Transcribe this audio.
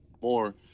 more